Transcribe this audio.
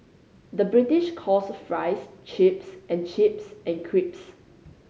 the British calls fries chips and chips and